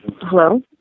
Hello